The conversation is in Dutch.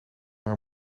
haar